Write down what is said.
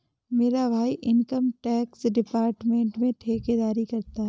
मेरा भाई income tax department में ठेकेदारी करता है